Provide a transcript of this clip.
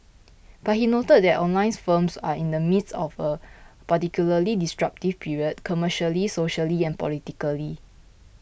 but he noted that the online firms are in the midst of a particularly disruptive period commercially socially and politically